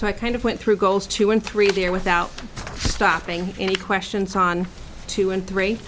so i kind of went through goals two and three of year without stopping any questions on two and three